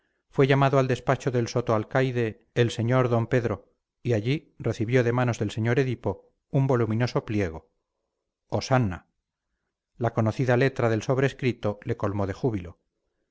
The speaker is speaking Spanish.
fue llamado al despacho del sotaalcaide el sr d pedro y allí recibió de manos del sr edipo un voluminoso pliego hosanna la conocida letra del sobrescrito le colmó de júbilo